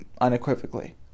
unequivocally